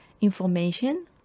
information